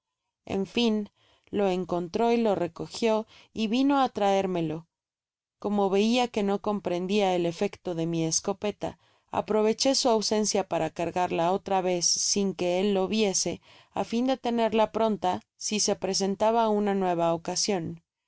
en fin lo encontró lo recogió y vino á traermelocemo veia que no comprendia el efecto de mi escopeta aproveché su ausencia para cargarla otra vez sin que él lo viese á fia de tenerla pronta si se presentaba una nueva